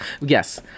Yes